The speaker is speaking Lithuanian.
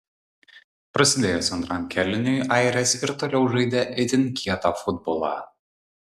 prasidėjus antram kėliniui airės ir toliau žaidė itin kietą futbolą